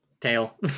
tail